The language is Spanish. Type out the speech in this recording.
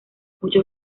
muchos